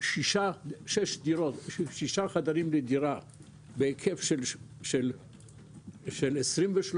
6 חדרים לדירה בהיקף של 23%,